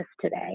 today